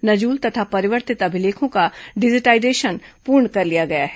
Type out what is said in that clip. नजूल तथा परिवर्तित अभिलेखों का डिजाटाइजेशन पूर्ण कर लिया गया है